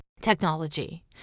technology